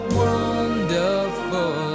wonderful